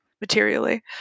materially